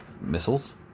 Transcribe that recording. missiles